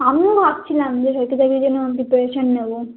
আমিও ভাবছিলাম যে প্রিপারেশন নেবো